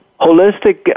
Holistic